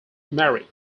married